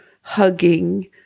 hugging